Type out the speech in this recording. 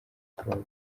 claude